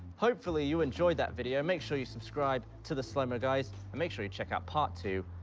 hopefully, you enjoyed that video. make sure you subscribe to the slow mo guys, and make sure you check out part two,